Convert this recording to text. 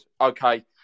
Okay